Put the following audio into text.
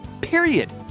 period